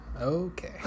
okay